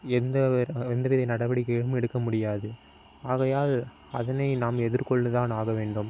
எந்த எந்தவித நடவடிக்கையும் எடுக்க முடியாது ஆகையால் அதனை நாம் எதிர்கொண்டுதான் ஆக வேண்டும்